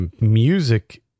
music